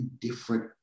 different